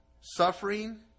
suffering